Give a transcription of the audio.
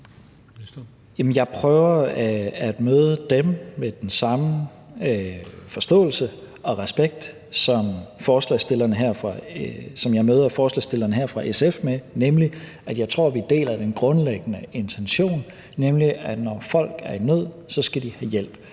Jeg prøver at møde dem med den samme forståelse og respekt, som jeg møder forslagsstillerne her fra SF med, nemlig at jeg tror, vi deler den grundlæggende intention, at når folk er i nød, skal de have hjælp.